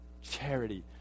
Charity